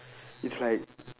it's like